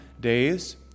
days